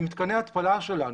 זה מתקני התפלה שלנו.